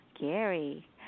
Gary